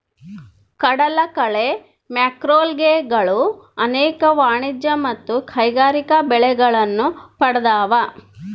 ಕಡಲಕಳೆ ಮ್ಯಾಕ್ರೋಲ್ಗೆಗಳು ಅನೇಕ ವಾಣಿಜ್ಯ ಮತ್ತು ಕೈಗಾರಿಕಾ ಬಳಕೆಗಳನ್ನು ಪಡ್ದವ